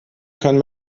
können